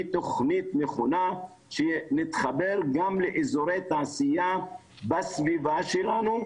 תוכנית נכונה שמתחברת גם לאזורי תעשייה בסביבה שלנו,